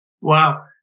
Wow